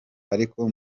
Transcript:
ariko